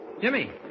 Jimmy